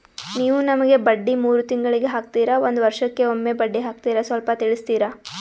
ನೀವು ನಮಗೆ ಬಡ್ಡಿ ಮೂರು ತಿಂಗಳಿಗೆ ಹಾಕ್ತಿರಾ, ಒಂದ್ ವರ್ಷಕ್ಕೆ ಒಮ್ಮೆ ಬಡ್ಡಿ ಹಾಕ್ತಿರಾ ಸ್ವಲ್ಪ ತಿಳಿಸ್ತೀರ?